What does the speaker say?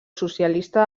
socialista